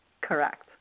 Correct